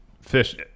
Fish